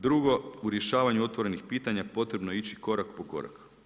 Drugo, „U rješavanju otvorenih pitanja potrebno je ići korak po korak“